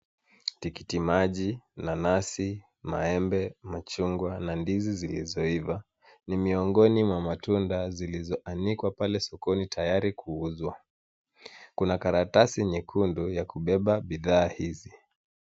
Tikiti maji, nanazi, maembe, machungwa na ndizi zilizoiva ni miongoni mwa matunda zilozoanikwa pale sokoni tayari kuuzwa, kuna karatasi nyekundu ya kubeba bidhaa hizi.